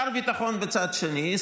שר הביטחון בצד השני,